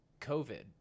COVID